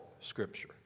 Scripture